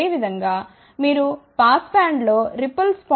అదేవిధంగా మీరు పాస్ బ్యాండ్లో రిపుల్స్ 0